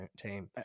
team